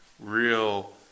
real